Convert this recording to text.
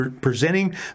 presenting